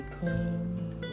clean